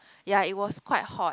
ya it was quite hot